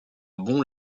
bon